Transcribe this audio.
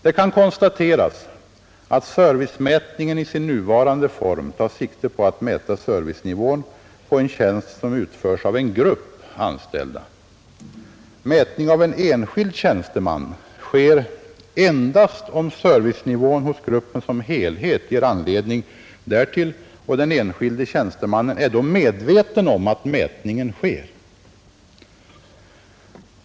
Det kan konstateras, att servicemätningen i sin nuvarande form tar sikte på att mäta servicenivån på en tjänst som utförs av en grupp anställda. Mätning av en enskild tjänsteman sker endast om servicenivån hos gruppen som helhet ger anledning därtill och den enskilde tjänstemannen är då medveten om att mätningen sker.